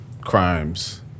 crimes